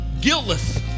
guiltless